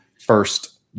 first